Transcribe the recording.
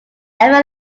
ever